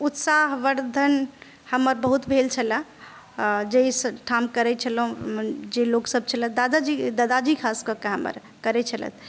उत्साहवर्धन हमर बहुत भेल छलय आ जाहि जे ठाम करै छलहुॅं जे लोकसब छलै दादा जी ददा जी खासके कऽ हमर करै छलथि